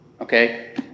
Okay